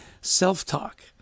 self-talk